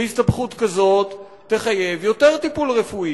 והסתבכות כזאת תחייב יותר טיפול רפואי